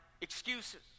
excuses